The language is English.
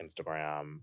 Instagram